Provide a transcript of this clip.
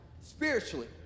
spiritually